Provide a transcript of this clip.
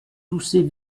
tousser